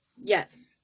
yes